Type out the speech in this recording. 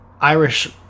Irish